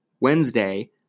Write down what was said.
Wednesday